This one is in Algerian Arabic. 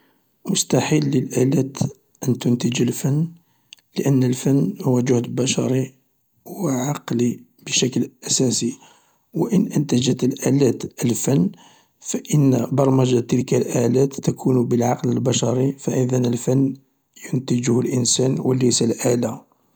مستحيل للآلات ان تنتج الفن لان الفن هو جهد بشري وعقلية بشكل أساسي، و ان انتجت الآلات الفن فان برمجة تلك الآلات تكون بالعقل البشري، فاذن الفن ينتجه الانسان وليس الآلة.